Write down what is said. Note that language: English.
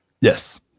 Yes